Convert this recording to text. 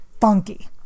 funky